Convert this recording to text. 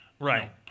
right